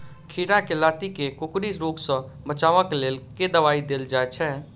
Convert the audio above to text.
खीरा केँ लाती केँ कोकरी रोग सऽ बचाब केँ लेल केँ दवाई देल जाय छैय?